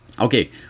Okay